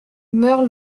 meurt